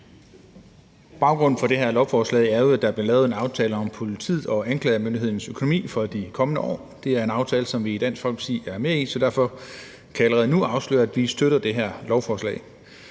Baggrunden for det her lovforslag er jo, at der er blevet lavet en aftale om politiets og anklagemyndighedens økonomi for de kommende år. Det er en aftale, som vi i Dansk Folkeparti er med i, så derfor kan jeg allerede nu afsløre, at vi støtter det her lovforslag.